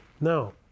Now